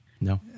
No